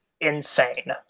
insane